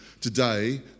today